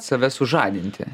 save sužadinti